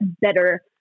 better